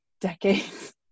decades